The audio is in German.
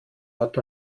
hat